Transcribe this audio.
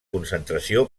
concentració